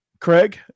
Craig